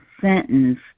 sentence